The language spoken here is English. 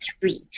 three